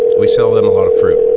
we sell him a lot of fruit,